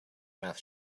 mouth